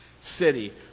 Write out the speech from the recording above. city